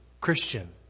Christian